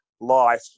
life